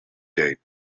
date